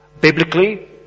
biblically